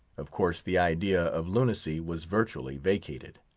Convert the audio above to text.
of course the idea of lunacy was virtually vacated.